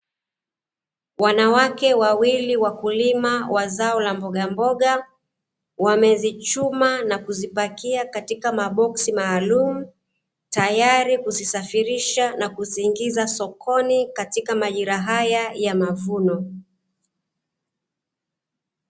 Wanawake wawili wakulima wa zao la mboga mboga wamezichuma na kuzipakia katika maboksi maalumu tayari kuzisafirisha na kuziingiza sokoni katika majira haya ya mavuno.